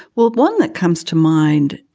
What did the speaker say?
well, one that comes to mind.